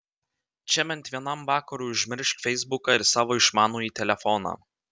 čia bent vienam vakarui užmiršk feisbuką ir savo išmanųjį telefoną